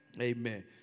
Amen